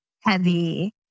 heavy